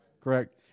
Correct